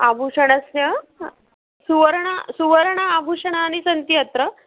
आभूषणस्य स्वर्णं स्वर्णानि आभूषणानि सन्ति अत्र